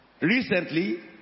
recently